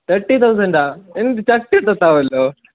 thirty തൗസൻഡോ എന്ത് thirty ഒന്നും ഉണ്ടാവില്ലല്ലോ